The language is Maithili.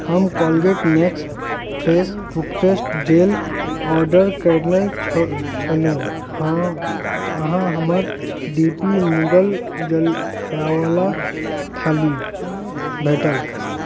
हम Colgate MaxFresh toothpaste gel order कयने छलु हँ अहाँ हमरा डी पी मुगल जलखइवला थाली भेटल